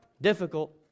difficult